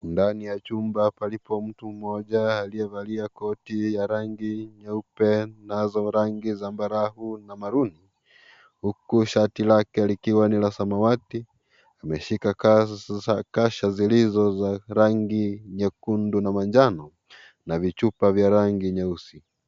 Ndani ya chumba palipo mtu mmoja aliyevalia koti ya rangi nyeupe nazo rangi zambarahu na maruni, huku shati lake likiwa ni la samawati, ameshika kasha zilizo za rangi nyekundu na manjano, na vichupa vya rangi nyeusi.